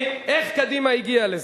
ובכן, אדוני, איך קדימה הגיעה לזה?